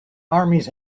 armies